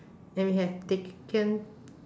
and we have taken